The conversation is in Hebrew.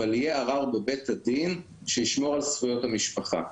אבל יהיה ערר בבית הדין שישמור על זכויות המשפחה,